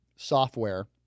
software